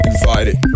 Invited